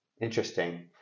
interesting